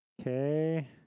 Okay